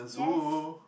yes